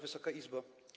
Wysoka Izbo!